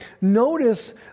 notice